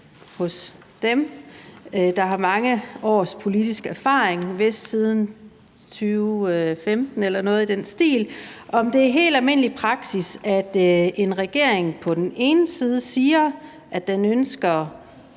en, der har mange års politisk erfaring – vist siden 2015 eller noget i den stil – om det er helt almindelig praksis, at en regering på den ene side siger, at den ønsker